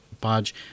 badge